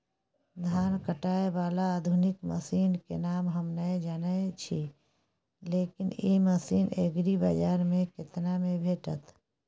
धान काटय बाला आधुनिक मसीन के नाम हम नय जानय छी, लेकिन इ मसीन एग्रीबाजार में केतना में भेटत?